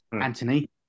Anthony